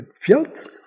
fields